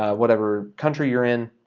whatever country you're in,